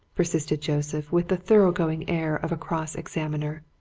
persisted joseph, with the thorough-going air of a cross-examiner.